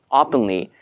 openly